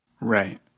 Right